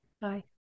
Bye